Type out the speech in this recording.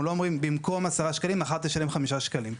אנחנו לא אומרים במקום 10 שקלים מחר תשלם 5 שקלים.